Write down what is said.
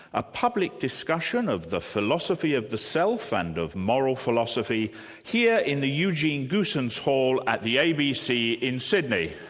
a public discussion of the philosophy of the self and of moral philosophy here in the eugene goosens hall at the abc in sydney.